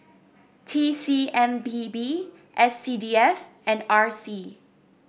T C M P B S C D F and R C